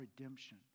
redemption